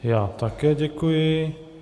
Já také děkuji.